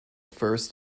first